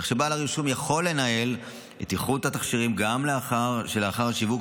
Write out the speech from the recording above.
כך שבעל הרישום יכול לנהל את איכות התכשירים גם לאחר השיווק,